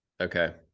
okay